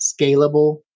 scalable